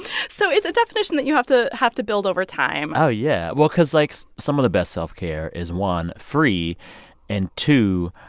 so it's a definition that you have to have to build over time oh, yeah. well, cause, like, some of the best self-care is, one, free and, two,